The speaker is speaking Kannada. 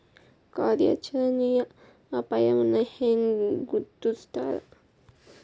ಕಾರ್ಯಾಚರಣೆಯ ಅಪಾಯವನ್ನ ಹೆಂಗ ಗುರ್ತುಸ್ತಾರ